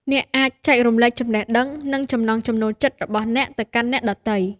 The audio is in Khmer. អ្នកអាចចែករំលែកចំណេះដឹង និងចំណង់ចំណូលចិត្តរបស់អ្នកទៅកាន់អ្នកដទៃ។